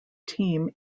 team